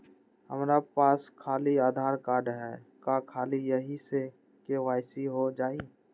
हमरा पास खाली आधार कार्ड है, का ख़ाली यही से के.वाई.सी हो जाइ?